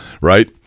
right